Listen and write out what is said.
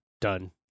done